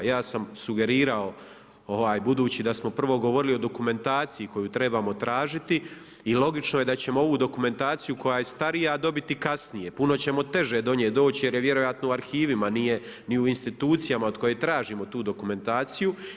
Ja sam sugerirao budući da smo prvo govorili o dokumentaciji koju trebamo tražiti i logično je da ćemo ovu dokumentaciju koja je starija dobiti kasnije, puno ćemo teže do nje doći jer je vjerojatno u arhivima, nije ni u institucijama od koje tražimo tu dokumentaciju.